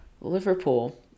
Liverpool